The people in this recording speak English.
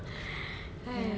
ya